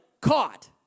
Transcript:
caught